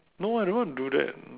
no I don't want to do that